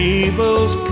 evils